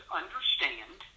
understand